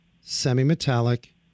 semi-metallic